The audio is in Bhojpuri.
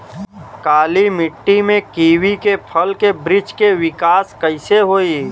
काली मिट्टी में कीवी के फल के बृछ के विकास कइसे होई?